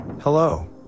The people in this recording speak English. Hello